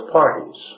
parties